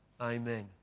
Amen